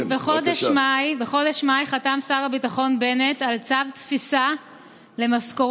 בחודש מאי חתם שר הביטחון בנט על צו תפיסה למשכורות